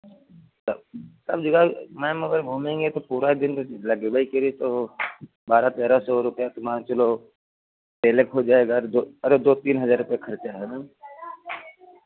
सब जगह मैम अगर घूमेंगे तो पूरा दिन लगबै करी तो बारह तेरह सौ रुपैया तो मान के चलो तेले के हो जाएगा अरे दो अरे दो तीन हज़ार रुपये का खर्चा है मैम